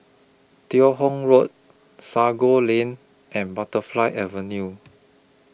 Teo Hong Road Sago Lane and Butterfly Avenue